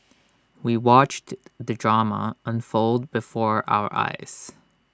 we watched the drama unfold before our eyes